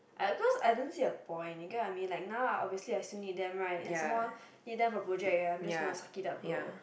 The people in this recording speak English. I because I don't see a point because I mean like now I obviously I still need them right need them for project right I just suck it up bro